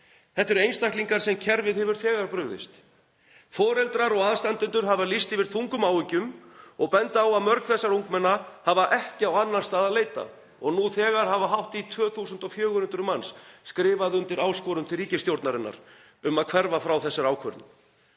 Þetta eru einstaklingar sem kerfið hefur þegar brugðist. Foreldrar og aðstandendur hafa lýst yfir þungum áhyggjum og benda á að mörg þessara ungmenna hafi ekki á annan stað að leita og nú þegar hafa hátt í 2.400 manns skrifað undir áskorun til ríkisstjórnarinnar um að hverfa frá þessari ákvörðun.